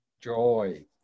Joy